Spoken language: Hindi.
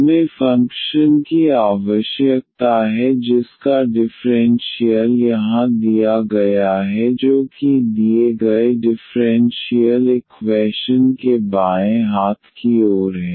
हमें फंक्शन की आवश्यकता है जिसका डिफ़्रेंशियल यहाँ दिया गया है जो कि दिए गए डिफरेंशियल इक्वैशन के बाएँ हाथ की ओर है